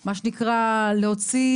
מה שנקרא להוציא,